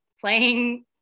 playing